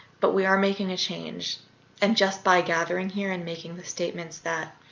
but we are making a change and just by gathering here and making the statements that